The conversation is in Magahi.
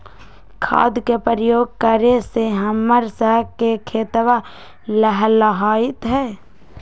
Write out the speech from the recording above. खाद के प्रयोग करे से हम्मर स के खेतवा लहलाईत हई